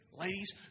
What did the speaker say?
ladies